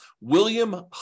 William